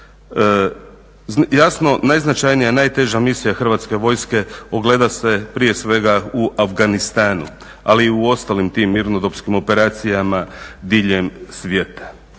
Jasno, najznačajnija, najteža misija Hrvatske vojske ogleda se prije svega u Afganistanu, ali i u ostalim tim mirnodopskim operacijama diljem svijeta.